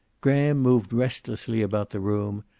graham moved restlessly about the room,